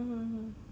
mmhmm